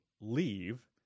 leave